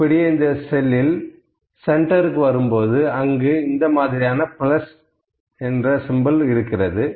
இப்படியே இந்த செல்லில் சென்டர்க்கு வரும் போது அங்கு இந்த மாதிரியான பிளஸ் இருக்கிறது